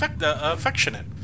affectionate